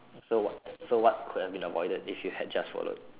so what so what could have been avoided if you had just followed